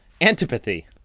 Antipathy